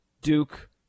Duke